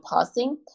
passing